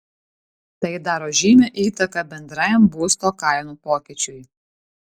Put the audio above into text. tai daro žymią įtaką bendrajam būsto kainų pokyčiui